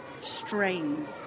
strains